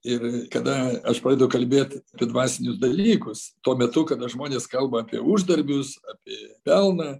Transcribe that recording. ir kada aš pradedu kalbėt apie dvasinius dalykus tuo metu kada žmonės kalba apie uždarbius apie pelną